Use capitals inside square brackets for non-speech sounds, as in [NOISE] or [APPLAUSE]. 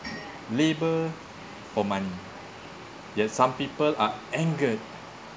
[NOISE] labour for money yet some people are angered